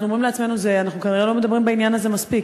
אנחנו אומרים לעצמנו: כנראה אנחנו לא מדברים בעניין הזה מספיק,